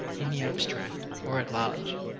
in the abstract or at large,